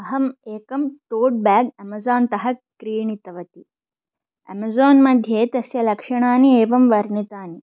अहम् एकं टोट्बेग् एमेज़ोनतः क्रीणितवती एमेज़ोन्मध्ये तस्य लक्षणानि एवं वर्णितानि